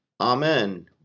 Amen